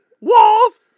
walls